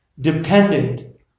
dependent